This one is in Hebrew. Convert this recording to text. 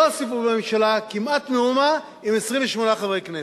לא הוסיפו לממשלה כמעט מאום עם 28 חברי כנסת.